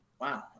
Wow